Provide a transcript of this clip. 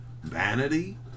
Vanity